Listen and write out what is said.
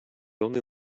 only